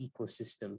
ecosystem